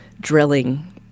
drilling